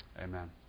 amen